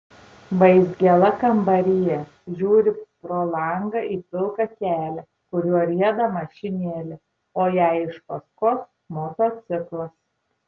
vaizgėla kambaryje žiūri pro langą į pilką kelią kuriuo rieda mašinėlė o jai iš paskos motociklas